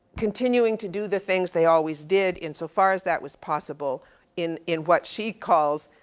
continuing to do the things they always did, in so far as that was possible in, in what she calls,